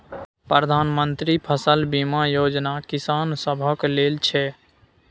प्रधानमंत्री मन्त्री फसल बीमा योजना किसान सभक लेल छै